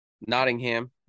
Nottingham